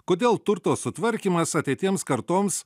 kodėl turto sutvarkymas ateitiems kartoms